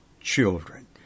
children